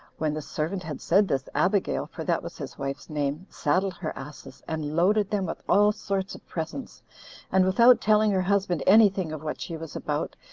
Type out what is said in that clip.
when the servant had said this, abigail, for that was his wife's name, saddled her asses, and loaded them with all sorts of presents and, without telling her husband any thing of what she was about,